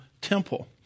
temple